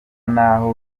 naho